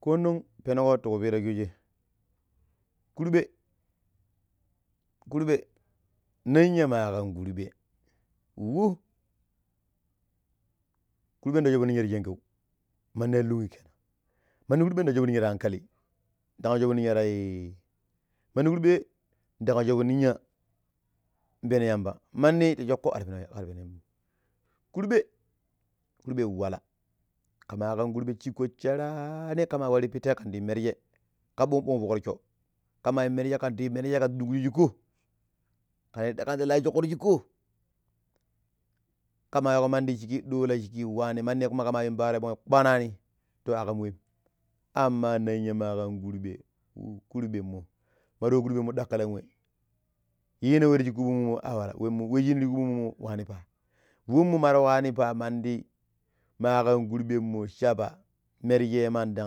Ko non penko ti kupira shooje kurɓe kurɓe ninya ma kan kurɓe wu! Kurɓe ndan subu ninya ta shengau manti aluun kenan mani kurɓe nda shoovo ninya ta ankali nda shovo niya tai mandi kurɓe ndan shovo ninya mh peno yamba mani ta shokko ar pen ar peno yambam kurɓe, kurɓe wala. Kama kurɓe shiko, sheraani kama wari pittei kennda yu mershe ka ɓong-ɓong fok rosso. Kama yu merje kan da yu merje kanda shuw shikko kan di la shokkrgo shikko ka ma weeko mandi shikki duula shikki wani ne mani kamar yun panro yaboni kpanani to a kam wem. Amma ma ninya ma kan kurɓe, kurɓe mo mar wa kurɓe mo dakkilan we yina we ti shik kurbemo a waalam wenmo washiri shik kurɓen mo wani fa. Wom mar wanipa madi ma kan kurɓe mo saaɓa mirje ma nda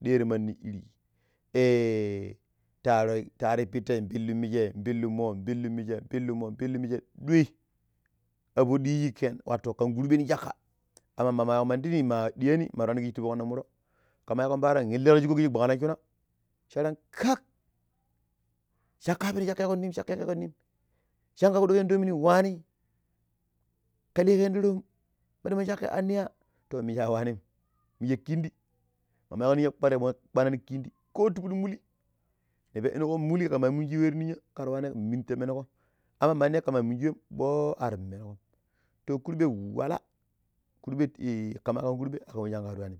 deero mani iri, ta ari ta ari pittei npillu mije npillu mo, pillu mije pilu mo ɗuai abo diji kan kurɓe nin sakka. Amma mama weeko manni pidi ma diyaani mar wani kishiji ti fokna muro. Kama yikko paaro illiko ti shiko kishe gwanlansuna sha ta kak cakka peno cakka yikeko nim. Shakka kuɗɗikene toomini wani ke likeni toomi ma dima cakka an niya. To minje a wani minje kindi ka ma weeko ninya kwar ya ɓongi kpanani kindi ko tipi muli ni peɗinko an muli kama munji we ti ninya kar wani ninya ta menko kama mandi kama munji wem ɓoo ar menko to kurɓe wala kurɓe kama kan kurɓe akam we shikar yuim.